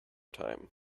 time